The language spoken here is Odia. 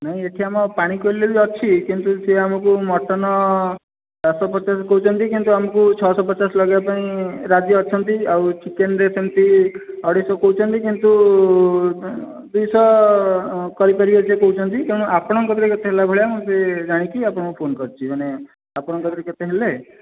ନାଇଁ ଏଠି ଆମ ପାଣିକୋଇଲି ରେ ବି ଅଛି କିନ୍ତୁ ସେ ଆମକୁ ମଟନ ବାରଶହ ପଚାଶ କହୁଛନ୍ତି କିନ୍ତୁ ଆମକୁ ଛଅଶହ ପଚାଶ ଲଗାଇବା ପାଇଁ ରାଜି ଅଛନ୍ତି ଆଉ ଚିକେନ ରେ ସେମିତି ଅଢ଼େଇ ଶହ କହୁଛନ୍ତି କିନ୍ତୁ ଦୁଇ ଶହ କରିପାରିବେ ସେ କହୁଛନ୍ତି ତେଣୁ ଆପଣଙ୍କ ର କେତେ ହେଲା ଭଳିଆ ଜାଣିକି ମୁଁ ଫୋନ କରିଛି ମାନେ ଆପଣଙ୍କ କତିରେ କେତେ ହେଲେ